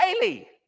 daily